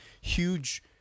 huge